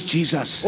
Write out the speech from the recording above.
Jesus